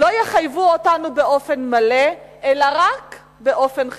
"לא יחייבו אותנו באופן מלא, אלא רק באופן חלקי.